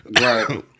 Right